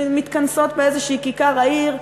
מתכנסות באיזושהי כיכר עיר,